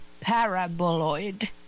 paraboloid